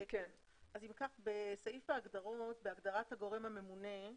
בסעיף ההגדרות, בהגדרת הגורם הממונה,